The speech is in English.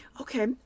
Okay